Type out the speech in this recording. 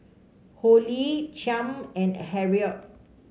Holly Chaim and Harrold